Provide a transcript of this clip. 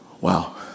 Wow